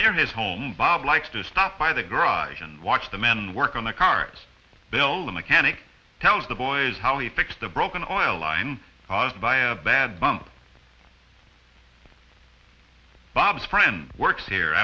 near his home bob likes to stop by the garage and watch the men work on the cars bill the mechanic tells the boys how to fix the broken or a line caused by a bad bump bob's friend works here